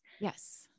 Yes